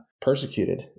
persecuted